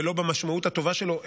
ולא במשמעות הטובה שלו.